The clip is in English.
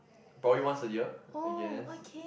probably once a year I guess